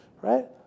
right